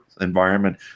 environment